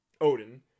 Odin